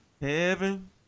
Heaven